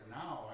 now